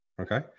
okay